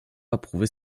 approuvait